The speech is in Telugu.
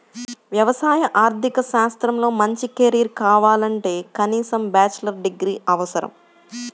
వ్యవసాయ ఆర్థిక శాస్త్రంలో మంచి కెరీర్ కావాలంటే కనీసం బ్యాచిలర్ డిగ్రీ అవసరం